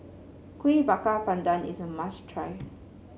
Kueh Bakar Pandan is a must try